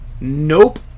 Nope